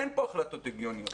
אין פה החלטות הגיוניות.